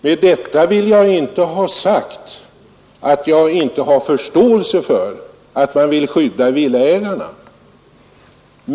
Med detta vill jag inte ha sagt att jag inte har förståelse för att man vill skydda villaägarna.